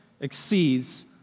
exceeds